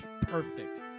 perfect